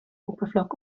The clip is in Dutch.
oppervlak